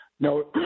No